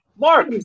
Mark